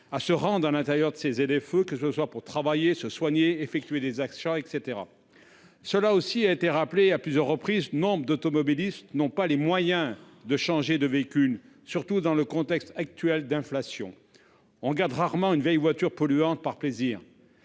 à se rendre au sein des ZFE, que ce soit pour travailler, pour se soigner ou pour d'autres motifs. En outre, cela a été rappelé à plusieurs reprises, nombre d'automobilistes n'ont pas les moyens de changer de véhicule, surtout dans le contexte actuel d'inflation. On garde rarement une vieille voiture polluante par plaisir.